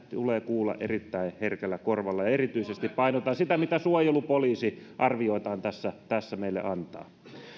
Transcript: tulee kuulla erittäin herkällä korvalla erityisesti painotan sitä mitä suojelupoliisi arvioitaan tässä tässä meille antaa